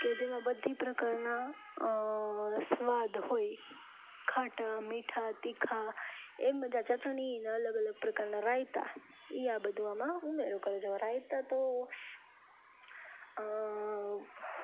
કે જેમાં બધી પ્રકારના સ્વાદ હોય ખાટ્ટા મીઠાં તીખાં એમ જ આ ચટણીના અલગ અલગ પ્રકારના રાયતા એ આ બધું આમાં ઉમેરો કરે હવે રાયતા તો